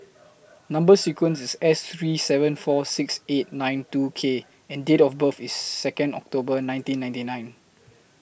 Number sequence IS S three seven four six eight nine two K and Date of birth IS Second October nineteen ninety nine